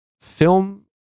film